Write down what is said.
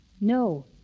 No